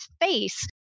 face